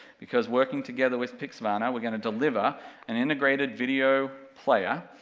because working together with pixvana we're gonna deliver an integrated video player,